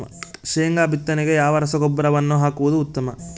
ಶೇಂಗಾ ಬಿತ್ತನೆಗೆ ಯಾವ ರಸಗೊಬ್ಬರವನ್ನು ಹಾಕುವುದು ಉತ್ತಮ?